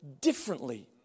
differently